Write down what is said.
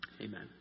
Amen